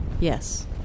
Yes